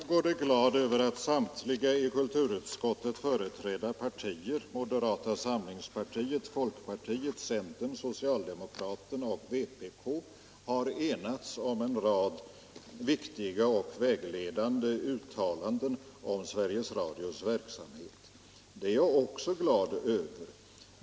Herr talman! Fru Mogård är glad över att samtliga partiers representanter i kulturutskottet — moderata samlingspartiet, folkpartiet, centern, socialdemokraterna och vpk — har kunnat enas om en rad viktiga och vägledande uttalanden om Sveriges Radios verksamhet. Det är jag också glad över.